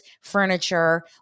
furniture